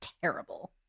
terrible